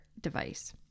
device